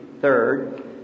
third